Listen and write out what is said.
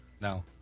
No